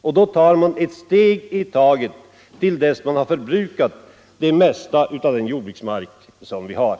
Man tar då ett steg i taget tills man har förbrukat det mesta av den jordbruksmark vi har.